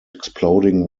exploding